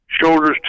shoulders